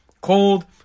cold